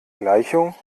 gleichung